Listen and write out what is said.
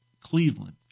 Cleveland